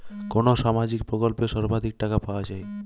কোন সামাজিক প্রকল্পে সর্বাধিক টাকা পাওয়া য়ায়?